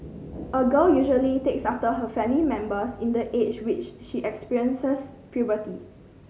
a girl usually takes after her family members in the age which she experiences puberty